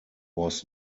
was